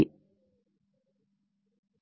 Glossary of Wordsசொற்களஞ்சியம்